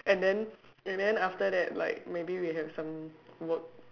and then and then after that like maybe we have some work